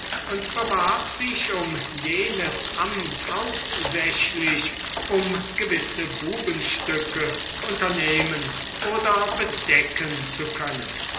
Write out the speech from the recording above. und bewarb sich um jenes amt hauptsächlich um gewisse bubenstücke unternehmen oder bedecken zu können